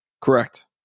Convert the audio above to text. Correct